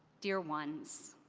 dear ones,